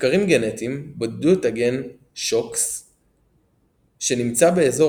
מחקרים גנטיים בודדו את הגן SHOX שנמצא באזור